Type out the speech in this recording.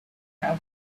have